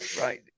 right